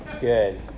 Good